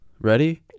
ready